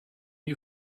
you